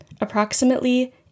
approximately